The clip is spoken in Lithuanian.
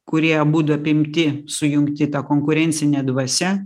kurie abudu apimti sujungti ta konkurencine dvasia